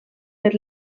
per